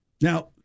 Now